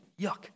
yuck